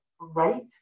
right